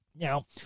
Now